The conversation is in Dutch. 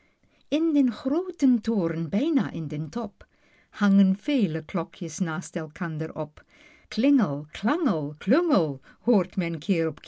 in den grooten toren bijna in den top hangen vele klokjes naast elkander op klingel klangel klungel hoort men